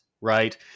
Right